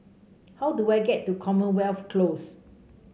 how do I get to Commonwealth Close